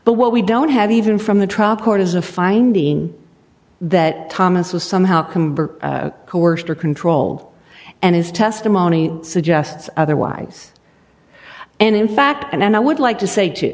but what we don't have even from the trial court is a finding that thomas was somehow convert coerced or control and his testimony suggests otherwise and in fact and i would like to say to